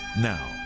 now